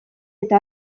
eta